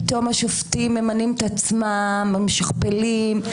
פתאום השופטים ממנים את עצמם, משכפלים.